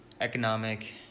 economic